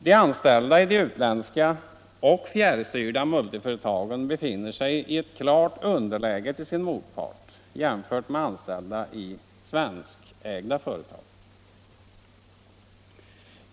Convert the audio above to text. De anställda i de utlandsägda och fjärrstyrda multiföretagen befinner sig i ett klart underläge till sin motpart jämfört med anställda i svenskägda företag.